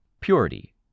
Purity